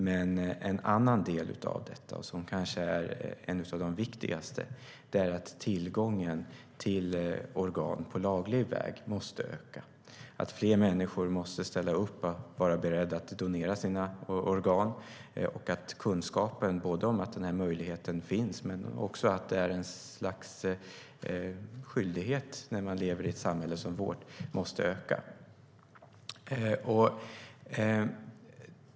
Men en annan del av detta - som kanske är en av de viktigaste - är att tillgången till organ på laglig väg måste öka. Fler människor måste ställa upp och vara beredda att donera sina organ. Kunskapen måste öka om att den möjligheten finns men också att det är ett slags skyldighet när man lever i ett samhälle som vårt.